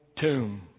tomb